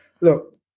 look